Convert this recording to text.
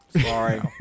Sorry